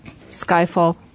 Skyfall